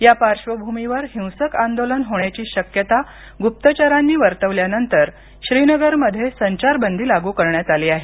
या पार्श्वभूमीवर हिंसक आंदोलन होण्याची शक्यता गुप्तचरांनी वर्तवल्यानंतर श्रीनगरमध्ये संचारबंदी लागू करण्यात आली आहे